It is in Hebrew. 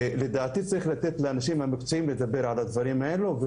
לדעתי צריך לתת לאנשים המקצועיים לדבר על הדברים האלו,